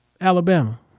Alabama